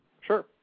Sure